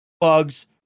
bugs